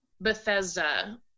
Bethesda